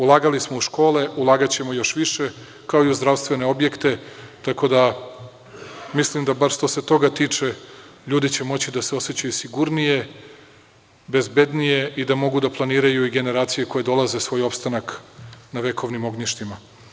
Ulagali smo u škole, ulagaćemo još više, kao i u zdravstvene objekte, tako da mislim da bar što se toga tiče ljudi će moći da se osećaju sigurnije, bezbednije i da mogu da planiraju i generacije koje dolaze svoj opstanak na vekovnim ognjištima.